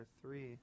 three